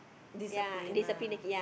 discipline ah